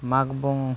ᱢᱟᱜᱽ ᱵᱚᱸᱜᱟ